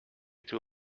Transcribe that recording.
too